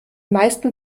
meisten